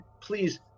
please